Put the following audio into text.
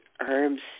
herbs